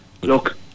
look